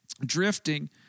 drifting